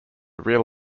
real